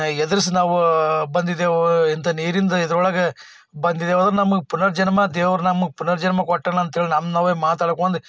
ಎದುರಿಸಿ ನಾವು ಬಂದಿದ್ದೆವು ಇಂಥ ನೀರಿಂದ ಇದರೊಳಗೆ ಬಂದಿದ್ದೇವಂದ್ರೆ ನಮಗೆ ಪುನರ್ಜನ್ಮ ದೇವ್ರು ನಮ್ಗೆ ಪುನರ್ಜನ್ಮ ಕೊಟ್ಟನಂಥೇಳಿ ನಮ್ಮ ನಾವೇ ಮಾತಾಡ್ಕೊಂಡು